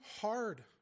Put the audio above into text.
hard